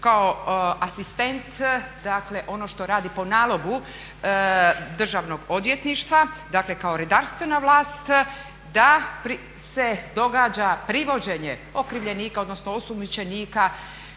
kao asistent, dakle ono što radi po nalogu državnog odvjetništva, dakle kao redarstvena vlast da se događa privođenje okrivljenika odnosno osumnjičenika